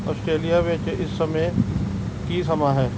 Australia ਵਿੱਚ ਇਸ ਸਮੇਂ ਕੀ ਸਮਾਂ ਹੈ